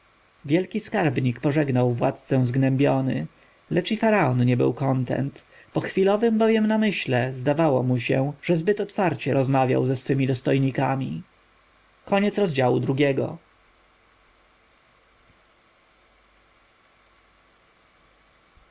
wielki skarbnik pożegnał władcę zgnębiony lecz i faraon nie był kontent po chwilowym bowiem namyśle zdawało mu się że zbyt otwarcie rozmawiał ze swymi dostojnikami